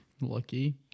Lucky